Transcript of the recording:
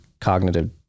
cognitive